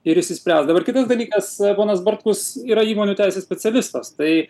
ir išsispręs dabar kitas dalykas ponas bartkus yra įmonių teisės specialistas tai